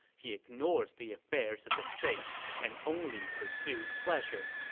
he ignores the affairs of the state and only pursues pleasure.